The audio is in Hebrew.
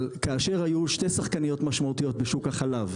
אבל כאשר היו שתי שחקניות משמעותיות בשוק החלב